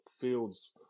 fields